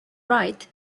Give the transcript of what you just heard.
write